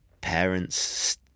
parents